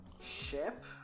ship